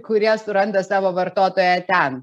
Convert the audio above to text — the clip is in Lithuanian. kurie suranda savo vartotoją ten